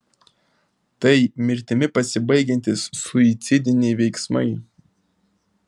tai mirtimi pasibaigiantys suicidiniai veiksmai